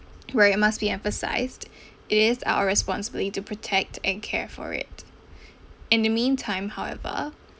where it must be emphasised it is our responsibly to protect and care for it in the meantime however